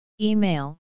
Email